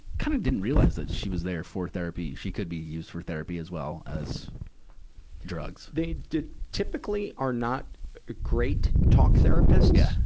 kind of didn't realize that she was there for therapy, she could be used for therapy as well as drugs. they typically are not great talk therapists. yeah.